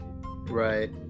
right